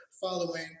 following